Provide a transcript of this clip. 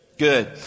good